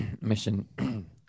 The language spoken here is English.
mission